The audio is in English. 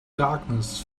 darkness